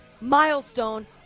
milestone